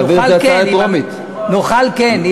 נוכל, כן.